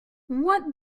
what